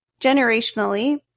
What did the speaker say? Generationally